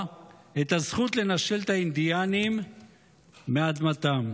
את הזכות לנשל את האינדיאנים מאדמתם,